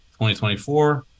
2024